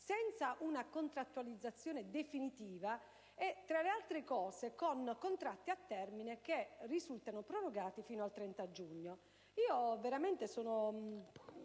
senza una contrattualizzazione definitiva e, tra le altre cose, con contratti a termine che risultano prorogati fino al 30 giugno.